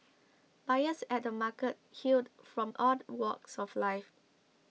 buyers at the markets hailed from all walks of life